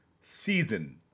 season